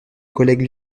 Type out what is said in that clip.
collègue